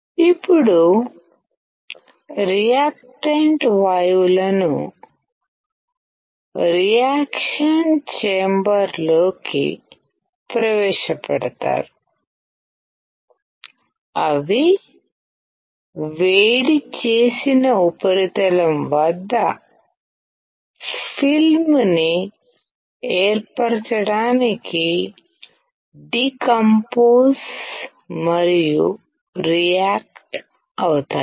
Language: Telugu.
ఇప్పుడు రియాక్టెంట్ వాయువులను రియాక్షన్ చాంబర్లోకి ప్రవేశ పెడతారు అవి వేడిచేసిన ఉపరితలం వద్ద ఫిల్మ్ ని ఏర్పరచడానికి డీకంపోజ్ మరియు రియాక్ట్ అవుతాయి